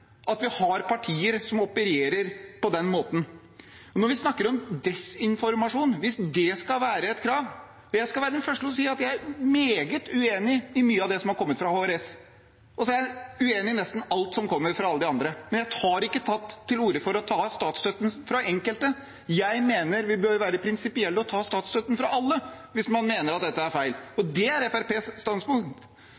at vi har partier som opererer på den måten. Og når vi snakker om desinformasjon – hvis det skal være et krav: Jeg skal være den første til å si at jeg er meget uenig i mye av det som har kommet fra HRS, og jeg er uenig i nesten alt som kommer fra alle de andre, men jeg har ikke tatt til orde for å ta statsstøtten fra enkelte. Jeg mener vi bør være prinsipielle og ta statsstøtten fra alle hvis man mener at dette er feil.